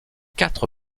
quatre